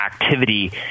activity